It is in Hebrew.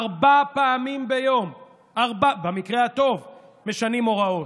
ארבע פעמים ביום במקרה הטוב משנים הוראות.